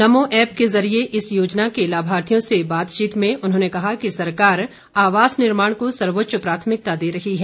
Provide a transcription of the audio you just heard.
नमो app के जरिये इस योजना के लाभार्थियों से बातचीत में उन्होंने कहा कि सरकार आवास निर्माण को सर्वोच्च प्राथमिकता दे रही है